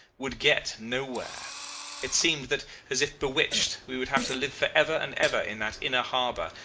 would get nowhere it seemed that, as if bewitched, we would have to live for ever and ever in that inner harbour,